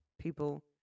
people